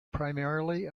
primarily